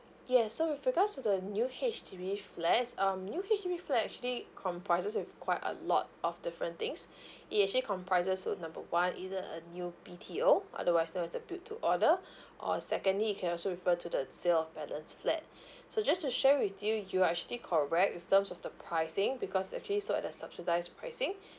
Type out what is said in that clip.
yes so with regards to the new H_D_B flats um new H_D_B flat actually comprises with quite a lot of different things it actually comprises with number one either a new B_T_O otherwise known as the build to order or secondly it can also refer to the sale of balance flat so just to share with you you are actually correct with terms of the pricing because actually it's sold at a subsidised pricing